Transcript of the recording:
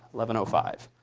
eleven five.